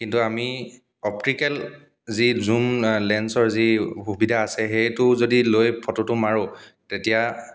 কিন্তু আমি অপ্টিকেল যি জুম লেঞ্চৰ যি সুবিধা আছে সেইটো লৈ ফটোটো মাৰোঁ তেতিয়া